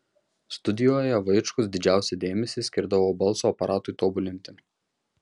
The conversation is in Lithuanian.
studijoje vaičkus didžiausią dėmesį skirdavo balso aparatui tobulinti